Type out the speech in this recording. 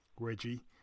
Reggie